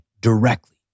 directly